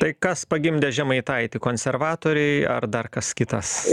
tai kas pagimdė žemaitaitį konservatoriai ar dar kas kitas